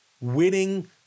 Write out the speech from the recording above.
winning